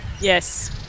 Yes